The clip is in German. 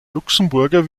luxemburger